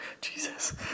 Jesus